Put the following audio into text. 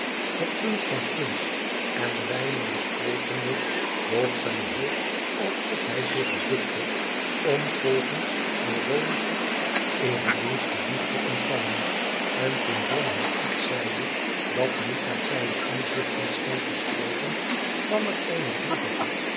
het punt van punch en wijnen besprekende boog zijn hoofd alsof hij zich bukte om volgens den roomschen eeredienst de biecht te ontvangen en toen john hem iets zeide dat niet met zijne inzichten scheen te strooken kwam er eene